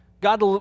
God